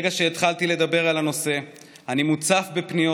מרגע שהתחלתי לדבר על הנושא אני מוצף בפניות